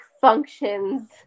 functions